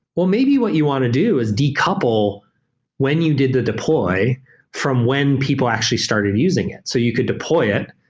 maybe what you want to do is decouple when you did the deploy from when people actually started using it. so you could deploy it,